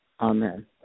Amen